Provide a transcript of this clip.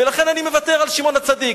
ולכן אני מוותר על שמעון הצדיק.